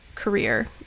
career